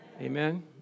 Amen